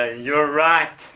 ah you're right,